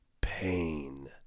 pain